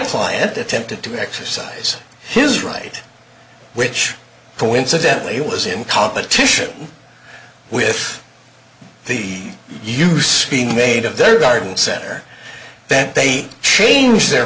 client attempted to exercise his right which coincidentally was in competition with the use he made of their garden center that they changed their